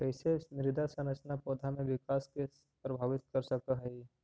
कईसे मृदा संरचना पौधा में विकास के प्रभावित कर सक हई?